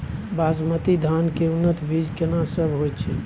बासमती धान के उन्नत बीज केना सब होयत छै?